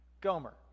Gomer